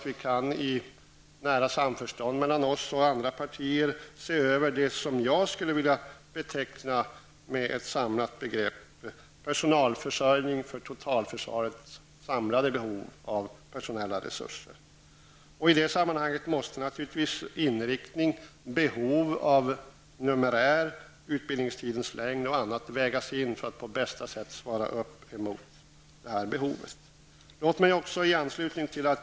Vi kan i nära samförstånd mellan oss och andra partier se över det som jag vill beteckna med ett samlat begrepp, nämligen personalförsörjning för totalförsvarets samlade behov av personella resurser. I det sammanhanget måste naturligtvis inriktning, behov av numerär, utbildningstidens längd osv. vägas in för att på bästa sätt svara upp mot behovet.